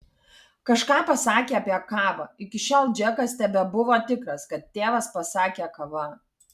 kažką pasakė apie kavą iki šiol džekas tebebuvo tikras kad tėvas pasakė kava